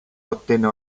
ottenne